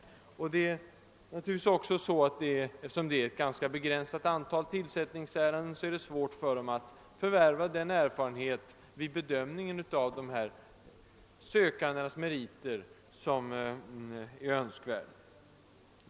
Eftersom det i varje landsting gäller ett begränsat antal tillsättningsärenden, är det vidare svårt för dem att förvärva den erfarenhet vid bedömningen av de sökandes meriter, som är önskvärd.